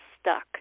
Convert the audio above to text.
stuck